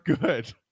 good